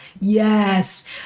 yes